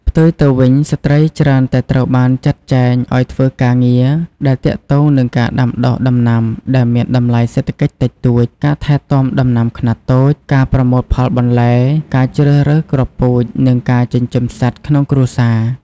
ផ្ទុយទៅវិញ ស្ត្រីច្រើនតែត្រូវបានចាត់ចែងឲ្យធ្វើការងារដែលទាក់ទងនឹងការដាំដុះដំណាំដែលមានតម្លៃសេដ្ឋកិច្ចតិចតួច ការថែទាំដំណាំខ្នាតតូច ការប្រមូលផលបន្លែ ការជ្រើសរើសគ្រាប់ពូជ និងការចិញ្ចឹមសត្វក្នុងគ្រួសារ។